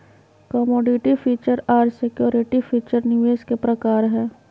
commodity future आर security future निवेश के प्रकार हय